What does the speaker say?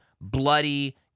bloody